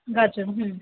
গাজর হুম